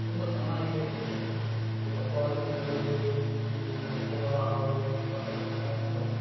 ತುಂಬ ಚೆನ್ನಾಗಿಯೇ ಇರುತ್ತದೆ ಈ ಹಬ್ಬ ಹರಿದಿನಗಳಲ್ಲಿ ಈ ಹಬ್ಬ ಹಾಡುವಂಥ ಕಾರ್ಯಕ್ರಮ ಉಂಟು